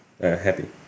happy